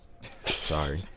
Sorry